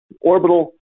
Orbital